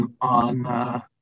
on